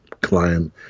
client